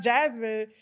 Jasmine